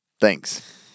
Thanks